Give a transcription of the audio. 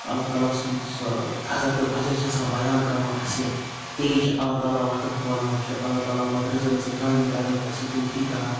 اللہ تعالیٰ سُنٛد سُہ تھزَر تہٕ بَجَر چھُ آسان بیان کَرُن اَسہِ تیٚلی چھِ اللہ تعالیٰ وَتہٕ کھولان چھِ اللہ تعالیٰ پَتہٕ رٕژٕ رٕژٕ کامہِ کَرنُک اَسہِ توفیٖق کَران